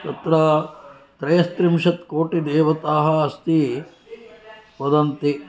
तत्र त्रयस्त्रिंशत्कोटिदेवताः अस्ति वदन्ति